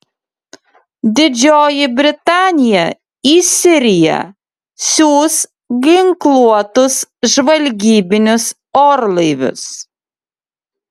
didžioji britanija į siriją siųs ginkluotus žvalgybinius orlaivius